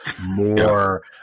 more